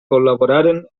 col·laboraren